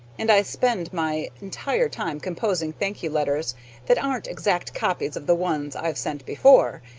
and i spend my entire time composing thank-you letters that aren't exact copies of the ones i've sent before.